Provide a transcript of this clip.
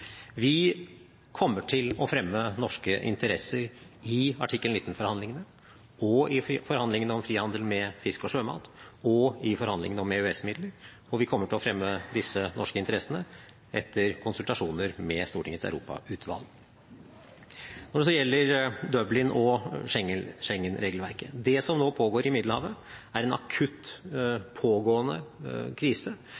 Vi kommer til fremme norske interesser i artikkel 19-forhandlingene, i forhandlingene om frihandel med fisk og sjømat og i forhandlingene om EØS-midler, og vi kommer til å fremme disse norske interessene etter konsultasjoner med Stortingets europautvalg. Så til Dublin- og Schengen-regelverket: Det som nå pågår i Middelhavet, er en akutt